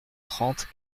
trente